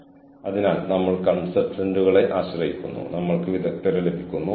അപ്പോൾ മാത്രമേ എന്റെ കഴിവുകൾ വികസിപ്പിക്കാൻ എനിക്ക് ഈ അവസരം ലഭിക്കൂ